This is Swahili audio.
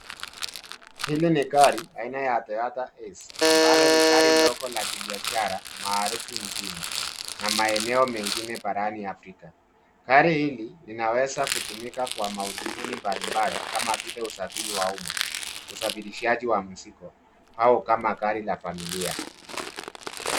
Hili ni gari aina ya Toyota Hiace, ambalo ni gari ndogo la kibiashara maarufu nchini na maeneo mengine barani Afrika. Gari hili linaweza kutumika kwa madhumuni mbalimbali kama vile usafiri wa umma, usafirishaji wa mizigo, au kama gari la familia.